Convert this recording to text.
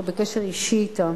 אנחנו בקשר אישי אתם.